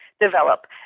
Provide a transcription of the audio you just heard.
develop